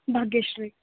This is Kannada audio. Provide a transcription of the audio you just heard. ಭಾಗ್ಯ ಶ್ರೀ